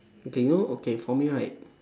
okay you know okay for me right